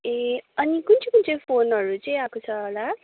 ए अनि कुन चाहिँ कुन चाहिँ फोनहरू चाहिँ आएको छ होला